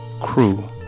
crew